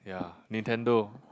ya Nintendo